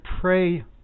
pray